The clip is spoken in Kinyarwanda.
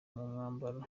mwambaro